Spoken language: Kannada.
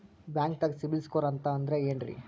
ಬ್ಯಾಂಕ್ದಾಗ ಸಿಬಿಲ್ ಸ್ಕೋರ್ ಅಂತ ಅಂದ್ರೆ ಏನ್ರೀ?